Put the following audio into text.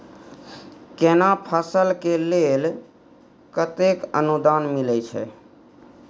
केना फसल के लेल केतेक अनुदान मिलै छै?